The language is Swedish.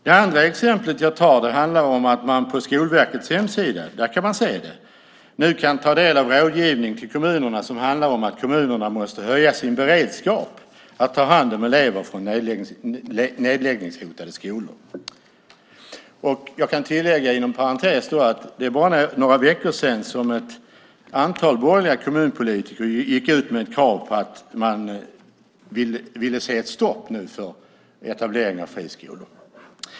Det andra exemplet jag tar upp handlar om att man på Skolverkets hemsida nu kan ta del av rådgivning till kommunerna som handlar om att de måste höja sin beredskap att ta hand om elever från nedläggningshotade skolor. Jag kan inom parentes tillägga att det bara är några veckor sedan som ett antal borgerliga kommunpolitiker gick ut med ett krav på ett stopp för etablering av friskolor.